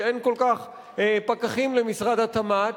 שאין כל כך פקחים למשרד התמ"ת,